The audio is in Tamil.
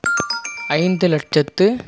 ஐந்து லட்சத்து